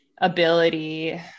ability